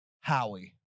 Howie